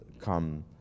come